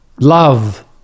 Love